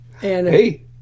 Hey